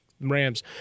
Rams